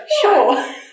Sure